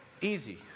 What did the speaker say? easy